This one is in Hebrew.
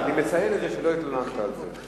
מציין שלא התלוננת על זה.